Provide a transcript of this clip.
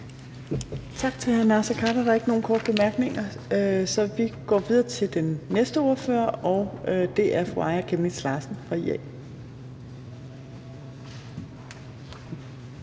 Tak til hr. Naser Khader. Der er ikke nogen korte bemærkninger, så vi går videre til den næste ordfører, og det er fru Aaja Chemnitz Larsen fra IA.